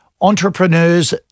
entrepreneurs